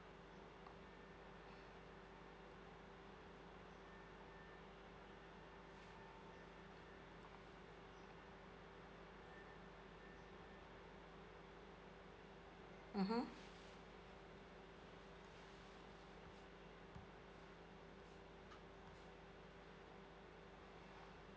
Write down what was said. mmhmm